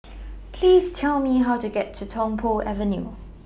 Please Tell Me How to get to Tung Po Avenue